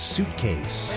Suitcase